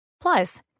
Plus